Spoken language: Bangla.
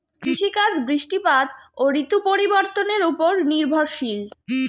কৃষিকাজ বৃষ্টিপাত ও ঋতু পরিবর্তনের উপর নির্ভরশীল